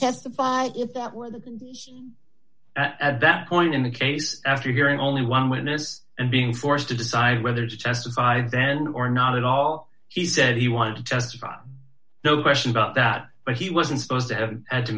testify if that were the at that point in the case after hearing only one witness and being forced to decide whether to testify then or not at all he said he wanted to testify no question about that but he wasn't supposed to have had to